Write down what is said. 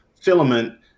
Filament